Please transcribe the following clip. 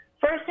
first